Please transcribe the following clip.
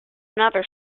another